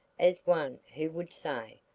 as one who would say,